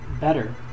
better